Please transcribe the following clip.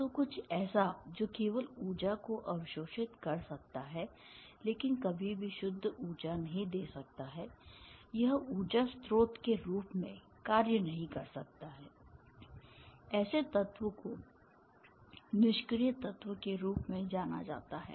तो कुछ ऐसा जो केवल ऊर्जा को अवशोषित कर सकता है लेकिन कभी भी शुद्ध ऊर्जा नहीं दे सकता है यह ऊर्जा स्रोत के रूप में कार्य नहीं कर सकता है ऐसे तत्व को निष्क्रिय तत्व के रूप में जाना जाता है